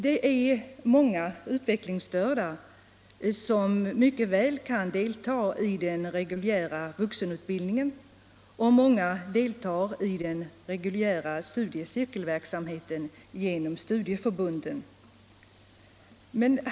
Det är många utvecklingsstörda som mycket väl kan delta i den reguljära vuxenutbildningen, och många deltar i den reguljära studiecirkelverksamheten genom studieförbunden.